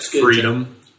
Freedom